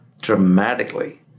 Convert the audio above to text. dramatically